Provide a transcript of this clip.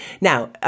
Now